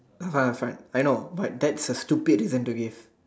ah fine I know but that's a stupid reason to give